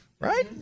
Right